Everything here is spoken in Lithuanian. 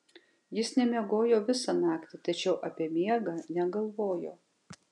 jis nemiegojo visą naktį tačiau apie miegą negalvojo